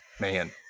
man